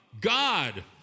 God